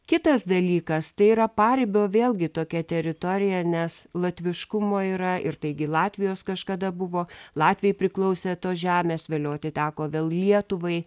kitas dalykas tai yra paribio vėlgi tokia teritorija nes latviškumo yra ir taigi latvijos kažkada buvo latvijai priklausė tos žemės vėliau atiteko vėl lietuvai